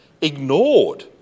ignored